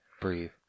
Breathe